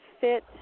fit